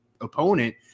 opponent